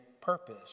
purpose